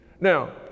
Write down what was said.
Now